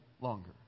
longer